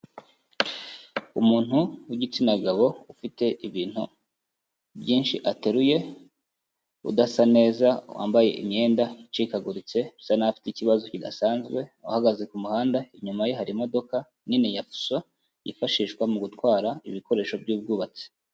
Umuntu w'igitsina gabo ufite ibintu byinshi ateruye udasa neza, wambaye imyenda icikaguritse bisa n'aho afite ikibazo kidasanzwe, uhagaze ku muhanda, inyuma ye hari imodoka nini ya Fuso yifashishwa mu gutwara ibikoresho by'ubwubatsi.